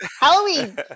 Halloween